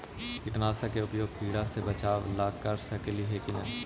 कीटनाशक के उपयोग किड़ा से बचाव ल कर सकली हे की न?